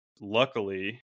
luckily